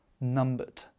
numbered